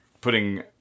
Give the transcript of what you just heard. putting